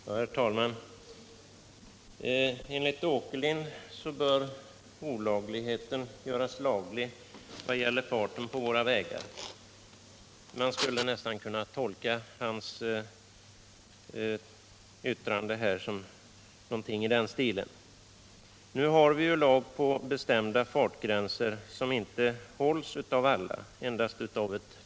Herr talman! Enligt Allan Åkerlind bör tydligen olagligheten när det gäller farten på våra vägar göras laglig. Man kunde nästan tolka hans yttrande som någonting i den stilen. Men nu har vi ju i lag bestämda fartgränser. De hålls dock inte av alla trafikanter.